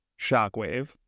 shockwave